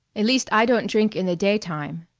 at least i don't drink in the daytime.